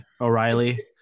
O'Reilly